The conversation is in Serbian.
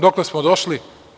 Dokle smo došli?